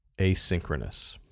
Asynchronous